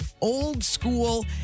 old-school